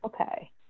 Okay